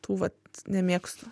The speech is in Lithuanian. tų vat nemėgstu